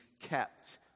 kept